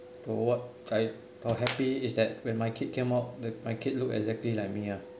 for what I are happy is that when my kid came out my kid look exactly like me ah